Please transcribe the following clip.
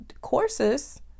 courses